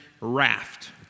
RAFT